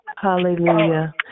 Hallelujah